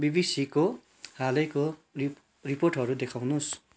बिबिसीको हालैको रिप रिपोर्टहरू देखाउनुहोस्